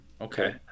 Okay